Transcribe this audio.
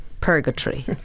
purgatory